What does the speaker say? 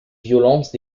violences